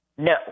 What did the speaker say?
No